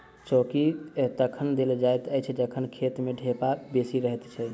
चौकी तखन देल जाइत अछि जखन खेत मे ढेपा बेसी रहैत छै